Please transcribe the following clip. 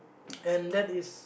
and that is